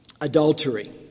adultery